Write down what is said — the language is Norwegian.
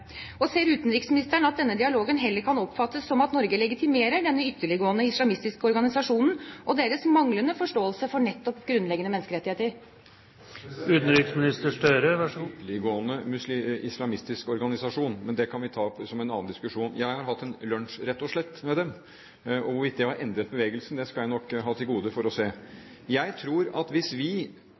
Ser utenriksministeren at denne dialogen heller kan oppfattes som at Norge legitimerer denne ytterliggående islamistiske organisasjonen og deres manglende forståelse for nettopp grunnleggende menneskerettigheter? Jeg kjøper ikke uten videre at dette er en ytterliggående islamistisk organisasjon, men det kan vi ta som en annen diskusjon. Jeg har hatt en lunsj med dem, rett og slett, og hvorvidt det har endret bevegelsen, har jeg til gode å se. Jeg tror at hvis vi